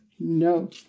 No